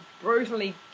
brutally